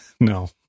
No